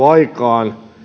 aikaan